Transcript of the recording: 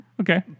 Okay